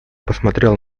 посмотрел